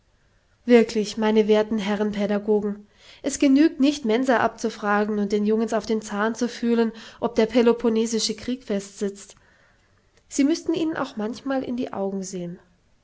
wirklich meine werten herren pädagogen es genügt nicht mensa abzufragen und den jungens auf den zahn zu fühlen ob der peloponnesische krieg fest sitzt sie müßten ihnen auch manchmal in die augen sehen